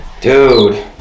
Dude